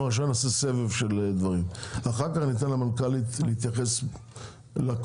אנחנו עכשיו נעשה סבב של דוברים ואחר כך ניתן למנכ"לית להתייחס לכל.